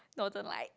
Northern Light